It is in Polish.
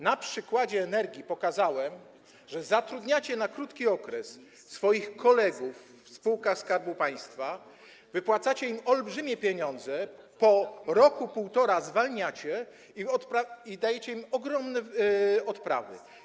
Na przykładzie spółki Energa pokazałem, że zatrudniacie na krótki okres swoich kolegów w spółkach Skarbu Państwa, wypłacacie im olbrzymie pieniądze, po roku, półtora zwalniacie i dajecie im ogromne odprawy.